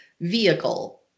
vehicle